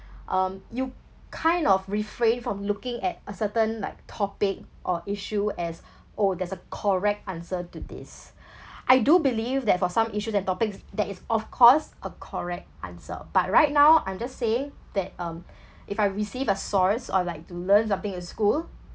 um you kind of refrain from looking at a certain like topic or issue as oh there's a correct answer to this I do believe that for some issues and topics there is of course a correct answer but right now I'm just saying that um if I receive a source or like to learn something in school